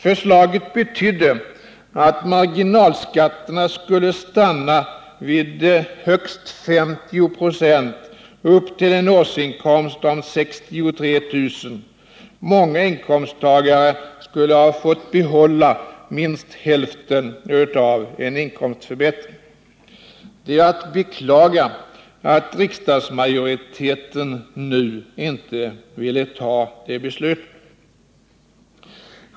Förslaget betydde att marginalskatterna skulle stanna vid högst 50 96 upp till en årsinkomst på 63 000. Många inkomsttagare skulle ha fått behålla minst hälften av en inkomstförbättring. Det är att beklaga att riksdagsmajoriteten nu inte vill fatta det beslutet.